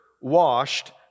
washed